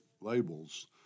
labels